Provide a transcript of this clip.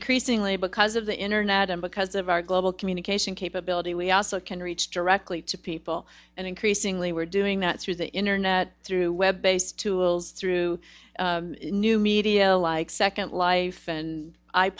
increasingly because of the internet and because of our global communication capability we also can reach directly to people and increasingly we're doing that through the internet through web based tools through new media like second life and i